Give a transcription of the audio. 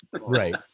right